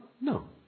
No